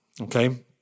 okay